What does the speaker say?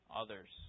others